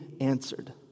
answered